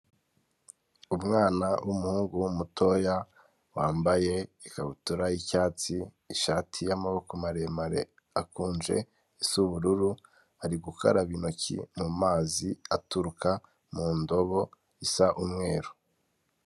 Umwana w'umuhungu mutoya wambaye ikabutura y'icyatsi, ishati y'amaboko maremare akunje isa ubururu, ari gukaraba intoki mu mazi aturuka mu ndobo isa umweru.